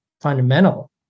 fundamental